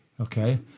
okay